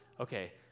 Okay